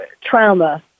trauma